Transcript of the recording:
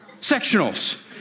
Sectionals